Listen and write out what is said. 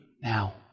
now